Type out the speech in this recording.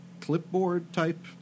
clipboard-type